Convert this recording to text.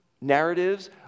narratives